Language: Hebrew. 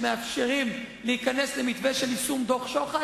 שמאפשרים להיכנס למתווה של יישום דוח-שוחט,